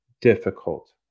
difficult